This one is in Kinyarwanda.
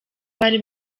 bari